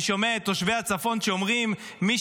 אני שומע את תושבי הצפון שאומרים: מי